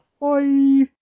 Bye